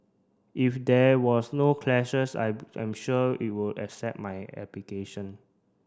if there was no clashes I I'm sure you would accept my application